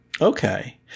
Okay